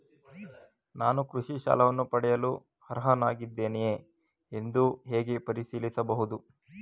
ನಾನು ಕೃಷಿ ಸಾಲವನ್ನು ಪಡೆಯಲು ಅರ್ಹನಾಗಿದ್ದೇನೆಯೇ ಎಂದು ಹೇಗೆ ಪರಿಶೀಲಿಸಬಹುದು?